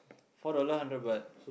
four dollar hundred baht